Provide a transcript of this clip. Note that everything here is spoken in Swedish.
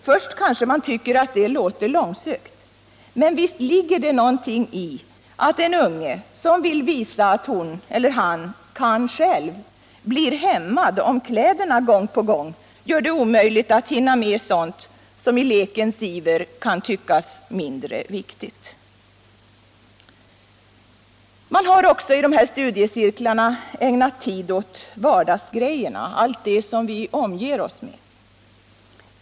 Först kanske man tycker att det låter långsökt, men visst ligger det något i att en unge, som vill visa att hon eller han ”kan själv”, blir hämmad om kläderna gång på gång gör det omöjligt att hinna med sådant som i lekens iver kan tyckas mindre viktigt. Man har också i dessa studiecirklar ägnat tid åt vardagsgrejorna, allt det som vi omger oss med.